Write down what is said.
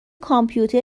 کامپیوتر